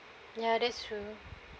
ya that's true